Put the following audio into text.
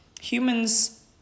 humans